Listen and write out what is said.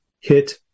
hit